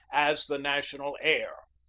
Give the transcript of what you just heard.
as the national air.